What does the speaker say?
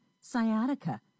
sciatica